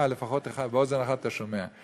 אה, לפחות אחת, באוזן אחת אתה שומע.